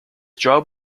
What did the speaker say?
job